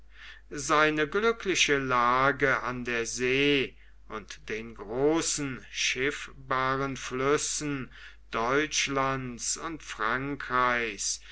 seine glückliche lage an der see und den großen schiffbaren flüssen deutschlands und frankreichs